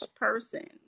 person